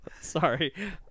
sorry